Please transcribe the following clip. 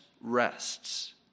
rests